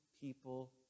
people